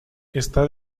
está